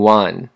one